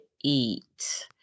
eat